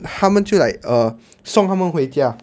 他们就 like err 送他们回家